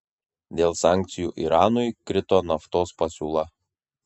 dėl sankcijų iranui krito naftos pasiūla